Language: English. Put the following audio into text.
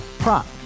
Prop